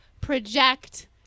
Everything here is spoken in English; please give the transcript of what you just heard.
project